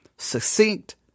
succinct